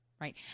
right